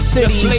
City